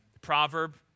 proverb